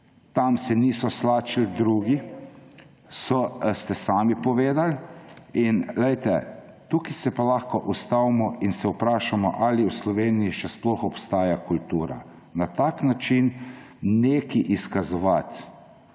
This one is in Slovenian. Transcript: tam se niso slačili drugi − ste sami povedali. In poglejte, tukaj se pa lahko ustavimo in se vprašamo, ali v Sloveniji še sploh obstaja kultura. Na tak način nekaj izkazovati,